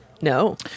No